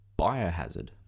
Biohazard